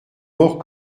mort